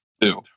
two